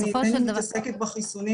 אני כלל לא מתעסקת בחסונים.